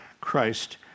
Christ